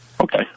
Okay